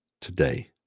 today